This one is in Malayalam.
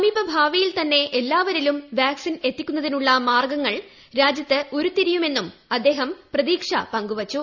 സമീപ ഭാവിയിൽ തന്നെ എല്ലാവരിലും വാക്സിൻ എത്തിക്കുന്നതിനുള്ള മാർഗ്ഗങ്ങൾ രാജ്യത്ത് ഉരുത്തിരിയുമെന്നും അദ്ദേഹം പ്രതീക്ഷ പങ്കുവച്ചു